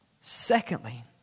Secondly